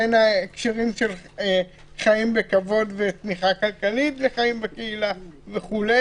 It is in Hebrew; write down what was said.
בין ההקשרים של חיים בכבוד ותמיכה כלכלית וחיים בקהילה וכו',